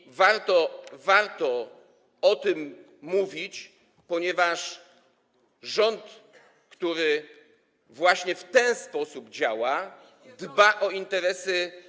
I warto o tym mówić, ponieważ rząd, który właśnie w ten sposób działa, dba o interesy.